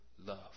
love